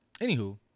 Anywho